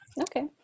okay